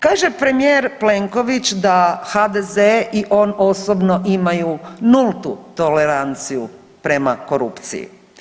Kaže premijer Plenković da HDZ-e i on osobno imaju nultu toleranciju prema korupciju.